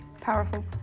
powerful